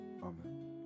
Amen